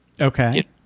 Okay